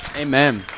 Amen